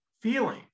feeling